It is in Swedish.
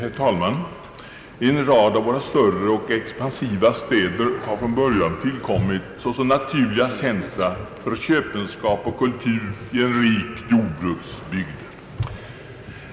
Herr talman! En rad av våra större och expansiva städer har från början tillkommit såsom naturliga centra för köpenskap och kultur i en rik jordbruksbygd.